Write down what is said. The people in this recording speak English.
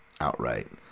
outright